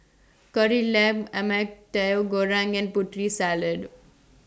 Kari Lemak Ayam Tauhu Goreng and Putri Salad